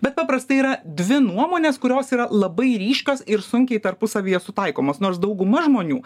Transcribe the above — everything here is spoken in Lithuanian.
bet paprastai yra dvi nuomonės kurios yra labai ryškios ir sunkiai tarpusavyje sutaikomos nors dauguma žmonių